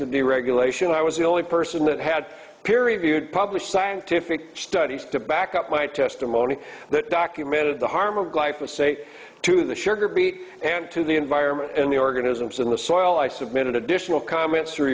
the deregulation i was the only person that had peer reviewed published scientific studies to back up my testimony that documented the harm of life with say to the sugar beet and to the environment and the organisms in the soil i submitted additional comments through